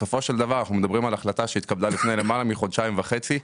בסופו של דבר אנחנו מדברים על החלטה שהתקבלה לפני למעלה מחודשיים וחצי.